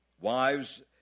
Wives